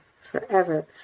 Forever